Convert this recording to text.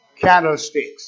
candlesticks